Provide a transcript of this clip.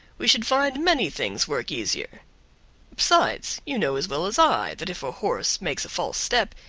we should find many things work easier besides, you know as well as i that if a horse makes a false step,